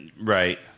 right